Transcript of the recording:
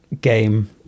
game